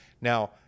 now